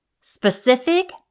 specific